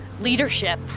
leadership